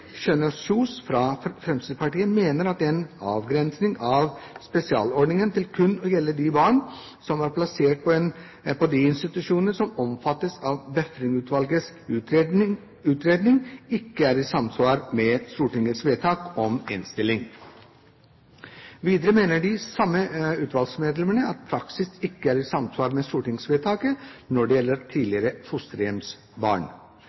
Kjønaas Kjos fra Fremskrittspartiet – mener at en avgrensing av spesialordningen til kun å gjelde de barn som var plassert på de institusjonene som omfattes av Befring-utvalgets utredning, ikke er i samsvar med Stortinget vedtak og innstilling. Videre mener de samme utvalgsmedlemmene at praksis ikke er i samsvar med stortingsvedtaket når det gjelder